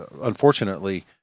unfortunately